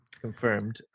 confirmed